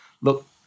look